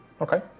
Okay